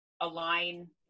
align